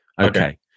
Okay